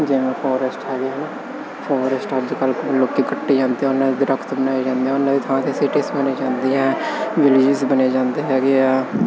ਜਿਵੇਂ ਫੋਰੈਸਟ ਹੈਗੇ ਹੈ ਨਾ ਫੋਰੈਸਟ ਅੱਜ ਕੱਲ੍ਹ ਲੋਕ ਕੱਟੀ ਜਾਂਦੇ ਉਹਨਾਂ ਦੇ ਦਰੱਖਤ ਬਣਾਈ ਜਾਂਦੇ ਆ ਉਹਨਾਂ ਦੀ ਥਾਂ 'ਤੇ ਸਿਟੀਸ ਬਣੀ ਜਾਂਦੀਆਂ ਵਿਲੀਜਸ ਬਣੇ ਜਾਂਦੇ ਹੈਗੇ ਆ